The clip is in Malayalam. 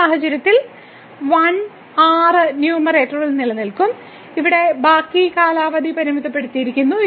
ഈ സാഹചര്യത്തിൽ 1 r ന്യൂമറേറ്ററിൽ നിലനിൽക്കും ഇവിടെ ബാക്കി കാലാവധി പരിമിതപ്പെടുത്തിയിരിക്കുന്നു